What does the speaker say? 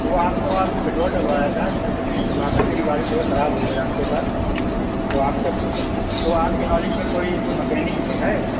وہ آپ کے وہاں پٹرول ڈلوایا تھا لیکن اتفاقاً میری گاڑی جو ہے خراب ہو گئی راستے پر تو آپ کے تو آپ کی نالج میں کوئی مکینک ہے